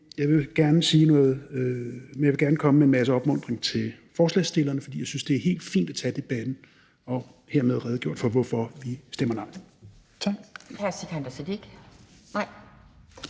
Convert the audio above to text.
jeg vil gerne komme med en masse opmuntring til forslagsstillerne, fordi jeg synes, det er helt fint at tage debatten. Og hermed har jeg redegjort for, hvorfor vi stemmer nej. Tak.